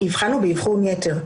אבחנו באבחון יתר.